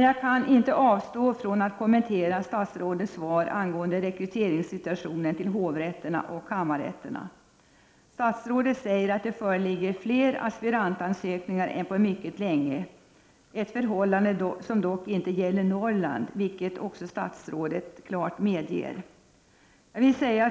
Jag kan inte avstå från att kommentera statsrådets svar angående rekryteringen till hovrätterna och kammarrätterna. Statsrådet säger att det föreligger fler aspirantansökningar än på mycket länge, ett förhållande som dock inte gäller Norrland, vilket statsrådet också klart medger.